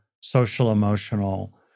social-emotional